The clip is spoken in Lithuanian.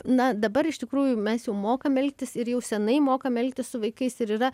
na dabar iš tikrųjų mes jau mokam elgtis ir jau seniai mokam elgtis su vaikais ir yra